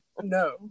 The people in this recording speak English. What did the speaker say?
No